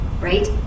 Right